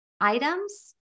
items